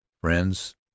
Friends